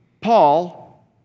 Paul